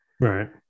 Right